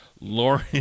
Lauren